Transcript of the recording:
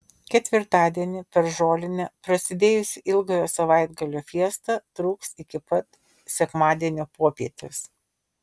ketvirtadienį per žolinę prasidėjusi ilgojo savaitgalio fiesta truks iki pat sekmadienio popietės